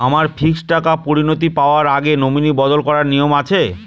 আমার ফিক্সড টাকা পরিনতি পাওয়ার আগে নমিনি বদল করার নিয়ম আছে?